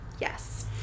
Yes